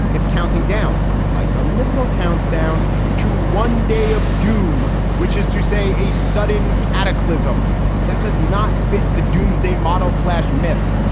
it's counting down like a missile counts down to one day of doom, which is to say a sudden cataclysm that does not fit the doomsday model slash myth.